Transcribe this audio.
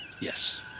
Yes